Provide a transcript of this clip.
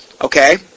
Okay